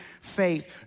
faith